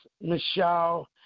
Michelle